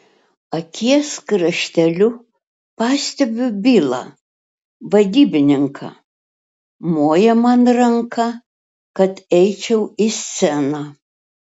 akies krašteliu pastebiu bilą vadybininką moja man ranka kad eičiau į sceną